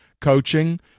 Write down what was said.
coaching